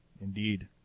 indeed